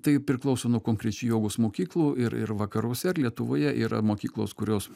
tai priklauso nuo konkrečių jogos mokyklų ir ir vakaruose ir lietuvoje yra mokyklos kurios